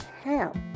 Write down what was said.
help